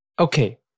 Okay